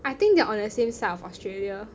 I think they are on the same side of Australia